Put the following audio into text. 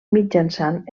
mitjançant